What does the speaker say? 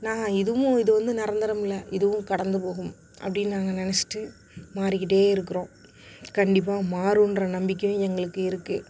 நாங்கள் எதுவும் இது வந்து நிரந்தரமில்லை இதுவும் கடந்து போகும் அப்படின்னு நாங்கள் நினச்சிட்டு மாறிக்கிட்டு இருக்கிறோம் கண்டிப்பாக மாறும்ற நம்பிக்கை எங்களுக்கு இருக்குது